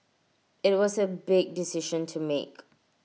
IT was A big decision to make